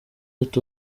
ati